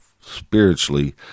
spiritually